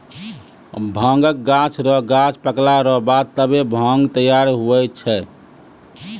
भांगक गाछ रो गांछ पकला रो बाद तबै भांग तैयार हुवै छै